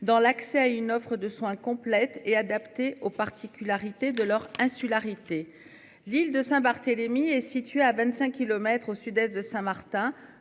dans l'accès à une offre de soins complète et adaptée aux particularités de leur insularité l'île de Saint-Barthélemy et situé à 25 kilomètres au Sud-Est de Saint-Martin